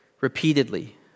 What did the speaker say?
repeatedly